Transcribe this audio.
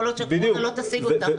יכול להיות שכבר לא תשיג אותם,